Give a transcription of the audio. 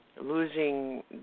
losing –